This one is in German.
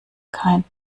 kein